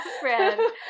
friend